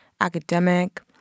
academic